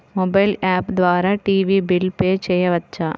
Mobile app ద్వారా TV bill pay చేయవచ్చా?